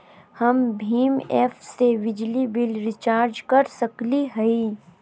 हम भीम ऐप से बिजली बिल रिचार्ज कर सकली हई?